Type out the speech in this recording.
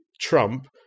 Trump